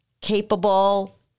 capable